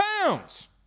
pounds